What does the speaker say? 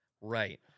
Right